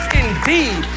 indeed